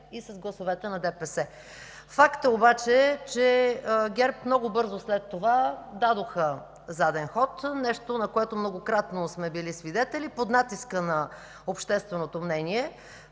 и с гласовете на ДПС. Факт е обаче, че ГЕРБ много бързо след това дадоха заден ход – нещо, на което многократно сме били свидетели под натиска на общественото мнение.